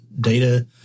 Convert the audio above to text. data